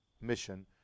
mission